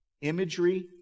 Imagery